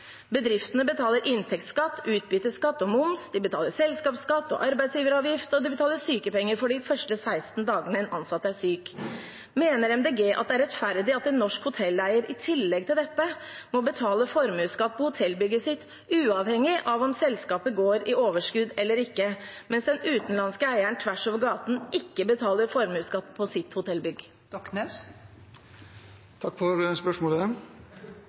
Bedriftene betaler inntektsskatt, utbytteskatt og moms, de betaler selskapsskatt og arbeidsgiveravgift, og de betaler sykepenger for de første 16 dagene en ansatt er syk. Mener Miljøpartiet De Grønne det er rettferdig at en norsk hotelleier i tillegg til dette må betale formuesskatt for hotellbygget sitt uavhengig av om selskapet går med overskudd eller ikke, mens den utenlandske eieren tvers over gaten ikke betaler formuesskatt for sitt hotellbygg? Takk for spørsmålet.